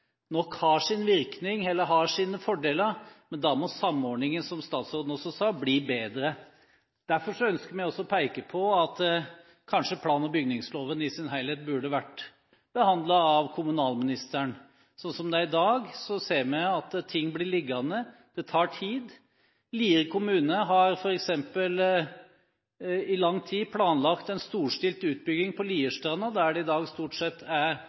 nok har sin virkning, eller har sine fordeler. Men da må samordningen, som statsråden også sa, bli bedre. Derfor ønsker vi også å peke på at kanskje plan- og bygningsloven i sin helhet burde vært behandlet av kommunalministeren. Slik det er i dag, ser vi at ting blir liggende, det tar tid. Lier kommune har f.eks. i lang tid planlagt en storstilt utbygging på Lierstranda, der det i dag stort sett er